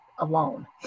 alone